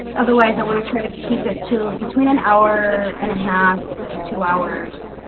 otherwise i want to try to keep it to between an hour and a half to two hours